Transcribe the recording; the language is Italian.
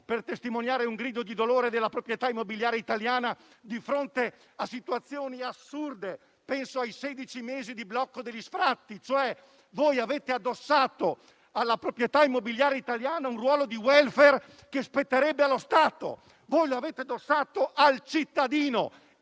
per testimoniare un grido di dolore della proprietà immobiliare italiana di fronte a situazioni assurde. Penso ai sedici mesi di blocco degli sfratti. Voi avete addossato alla proprietà immobiliare italiana un ruolo di *welfare* che spetterebbe allo Stato. Voi lo avete addossato al cittadino: